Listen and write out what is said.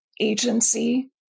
agency